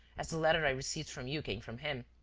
as the letter i received from you came from him.